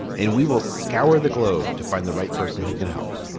and we will scour the globe to find the right person who can help.